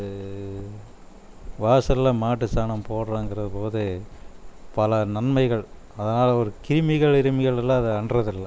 வாசலில் மாட்டுச் சாணம் போடுறங்குறபோது பல நன்மைகள் அதனால் ஒரு கிருமிகள் இருமிகளெல்லாம் அதை அண்டறதில்லை